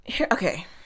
Okay